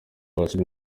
hashira